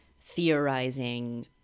theorizing